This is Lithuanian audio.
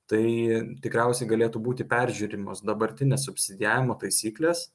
tai tikriausiai galėtų būti peržiūrimos dabartinės subsidijavimo taisyklės